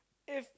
if